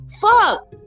Fuck